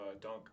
dunk